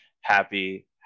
happy